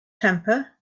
temper